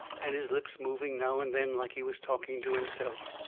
and his lips moving now and then like he was talking to himself.